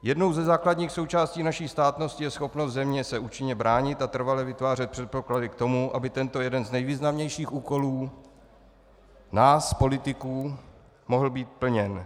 Jednou ze základních součástí naší státnosti je schopnost země se účinně bránit a trvale vytvářet předpoklady k tomu, aby tento jeden z nejvýznamnějších úkolů nás politiků mohl být plněn.